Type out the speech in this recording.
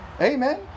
Amen